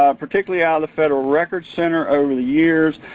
ah particularly out of the federal records center over the years,